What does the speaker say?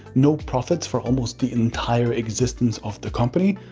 no profits for almost the entire existence of the company?